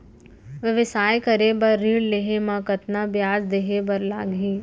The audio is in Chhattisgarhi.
व्यवसाय करे बर ऋण लेहे म कतना ब्याज देहे बर लागही?